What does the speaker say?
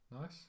Nice